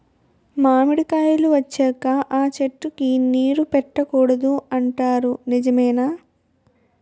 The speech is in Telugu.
మామిడికాయలు వచ్చాక అ చెట్టుకి నీరు పెట్టకూడదు అంటారు నిజమేనా?